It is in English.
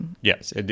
Yes